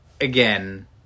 Again